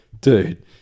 dude